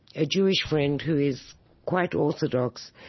a jewish friend who is quite orthodox,